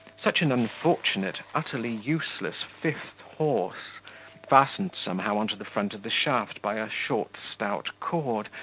such an unfortunate, utterly useless, fifth horse fastened somehow on to the front of the shaft by a short stout cord,